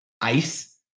ice